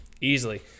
easily